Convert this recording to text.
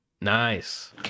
Nice